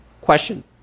Question